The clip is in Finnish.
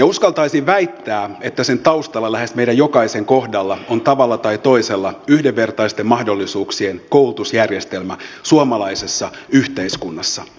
uskaltaisin väittää että sen taustalla lähes meidän jokaisen kohdalla on tavalla tai toisella yhdenvertaisten mahdollisuuksien koulutusjärjestelmä suomalaisessa yhteiskunnassa